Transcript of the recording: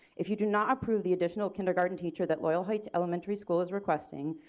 if you do not approve the additional kindergarten teacher that loyal heights elementary school is requesting,